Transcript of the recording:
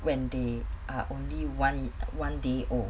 when they are only one one day old